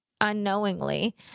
unknowingly